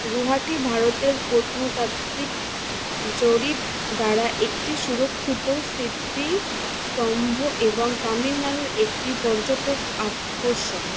গুয়াহাটি ভারতের প্রত্নতাত্ত্বিক জরিপ দ্বারা একটি সুরক্ষিত স্মৃতিস্তম্ভ এবং তামিলনাড়ুর একটি পর্যটক আকর্ষণ